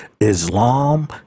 Islam